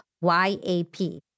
Y-A-P